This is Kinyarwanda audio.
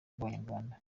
rw’abanyarwanda